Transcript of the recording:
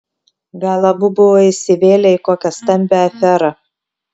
gal abu buvo įsivėlę į kokią stambią aferą